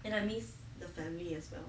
and I miss the family as well